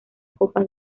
copa